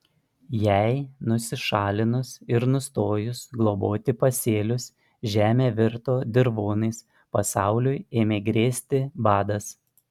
jai nusišalinus ir nustojus globoti pasėlius žemė virto dirvonais pasauliui ėmė grėsti badas